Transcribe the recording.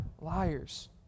liars